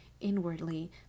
inwardly